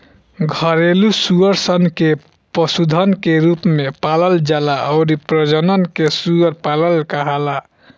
घरेलु सूअर सन के पशुधन के रूप में पालल जाला अउरी प्रजनन के सूअर पालन कहाला